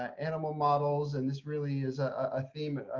ah animal models. and this really is a theme,